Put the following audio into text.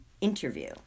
interview